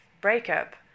breakup